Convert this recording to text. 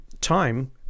time